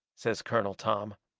says colonel tom.